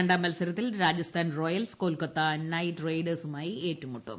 രണ്ടാം മത്സരത്തിൽ Rajasthan Royals Kolkata Knight റൈഡേഴ്സുമായി ഏറ്റുമുട്ടും